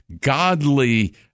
godly